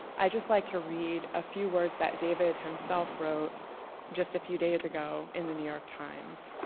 i'd just like to read a few words that david himself wrote just a few days ago in the new york times.